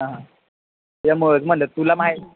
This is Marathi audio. हां हां या मुळंच म्हणलं तुला माहीत